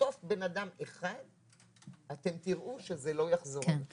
יחטוף בן אדם אחד ואתם תראו שזה לא יחזור על עצמו.